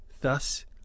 Thus